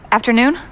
Afternoon